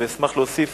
ואשמח להוסיף